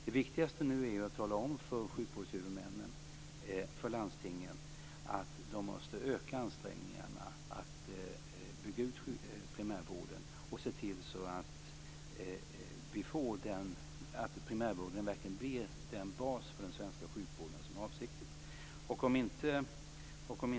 Det viktigaste nu är att tala om för sjukvårdshuvudmännen, för landstingen, att de måste öka ansträngningarna att bygga ut primärvården och se till att primärvården verkligen blir den bas för den svenska sjukvården som är avsikten.